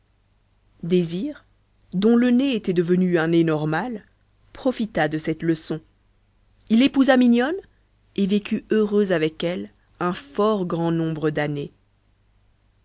désir dont le nez était devenu un nez ordinaire profita de cette leçon il épousa mignonne et vécut heureux avec elle un fort grand nombre d'années